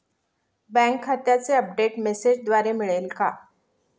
Bank खात्याचे update मेसेजद्वारे मिळेल का?